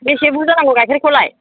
बेसे बुरजा नांगौ गाइखेरखौलाय